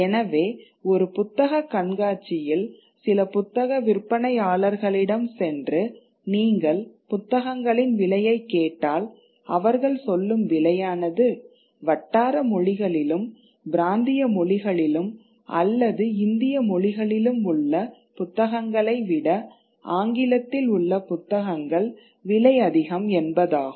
எனவே ஒரு புத்தகக் கண்காட்சியில் சில புத்தக விற்பனையாளர்களிடம் சென்று நீங்கள் புத்தகங்களின் விலையை கேட்டால் அவர்கள் சொல்லும் விலையானது வட்டார மொழிகளிலும் பிராந்திய மொழிகளிலும் அல்லது இந்திய மொழிகளிலும் உள்ள புத்தகங்களை விட ஆங்கிலத்தில் உள்ள புத்தகங்கள் விலை அதிகம் என்பதாகும்